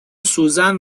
سوزن